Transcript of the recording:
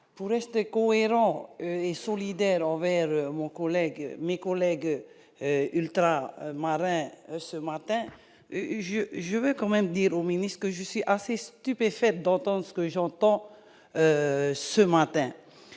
pour rester cohérent et solidaire envers mon collègue mes collègues ultra-marins ce matin je je veux quand même dire au ménisque, je suis assez stupéfait d'entendre ce que j'entends, ce matin,